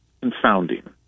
confounding